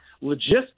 logistics